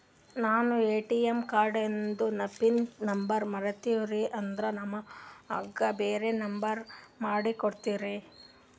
ನಾನು ಎ.ಟಿ.ಎಂ ಕಾರ್ಡಿಂದು pin number ಮರತೀವಂದ್ರ ನಮಗ ಬ್ಯಾರೆ ನಂಬರ್ ಮಾಡಿ ಕೊಡ್ತೀರಿ?